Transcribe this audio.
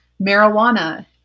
marijuana